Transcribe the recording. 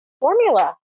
formula